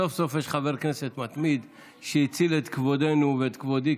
סוף-סוף יש חבר כנסת מתמיד שהציל את כבודנו ואת כבודי